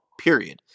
period